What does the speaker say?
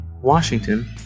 Washington